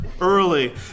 early